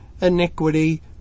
iniquity